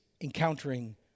encountering